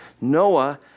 Noah